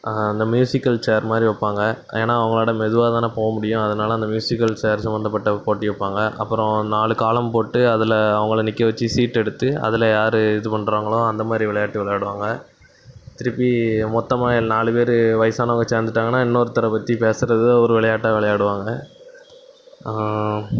அந்த musical chair மாதிரி வைப்பாங்க ஏன்னா அவங்களால மெதுவாக தான் போக முடியும் அதனால அந்த மியூசிக்கல் சேர் சம்மந்தப்பட்ட போட்டி வைப்பாங்க அப்புறோம் நாலு காலம் போட்டு அதில் அவங்கள நிற்க வச்சு சீட்டு எடுத்து அதில் யார் இது பண்ணுறாங்களோ அந்த மாதிரி விளையாட்டு விளையாடுவாங்க திருப்பி மொத்தமா எல் நாலு பேர் வயசானவங்க சேர்ந்துட்டாங்கனா இன்னொருத்தரை பற்றி பேசுகிறது ஒரு விளையாட்டா விளையாடுவாங்க